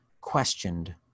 questioned